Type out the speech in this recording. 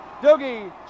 Doogie